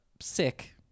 sick